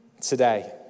today